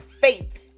faith